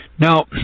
Now